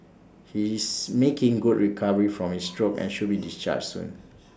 he's making good recovery from his stroke and should be discharged soon